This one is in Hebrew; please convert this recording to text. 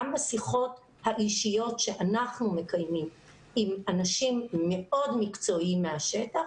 גם בשיחות האישיות שאנחנו מקיימים עם אנשים מאוד מקצועיים מהשטח